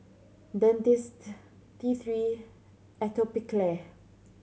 Dentiste T Three Atopiclair